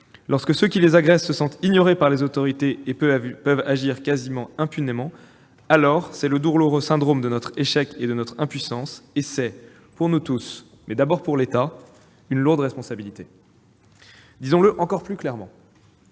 lorsque ceux qui les agressent se sentent ignorés par les autorités et peuvent agir impunément, alors c'est le douloureux syndrome de notre échec et de notre impuissance et c'est, pour nous tous, mais d'abord pour l'État, une lourde responsabilité. Disons-le encore plus clairement